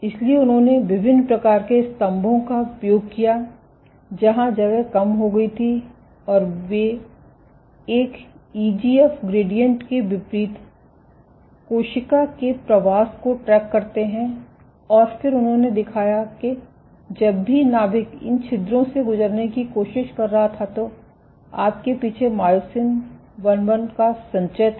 इसलिए उन्होंने विभिन्न प्रकार के स्तंभों का उपयोग किया जहां जगह कम हो गई थी और वे एक ईजीएफ ग्रेडिएंट के विपरीत कोशिका के प्रवास को ट्रैक करते हैं और फिर उन्होंने दिखाया कि जब भी नाभिक इन छिद्रों से गुजरने की कोशिश कर रहा था तो आपके पीछे मायोसिन II का संचय था